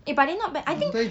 eh but then not bad I think